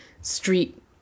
street